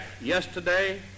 yesterday